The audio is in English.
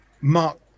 Mark